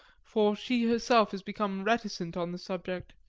for she herself has become reticent on the subject,